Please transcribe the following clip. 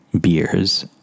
beers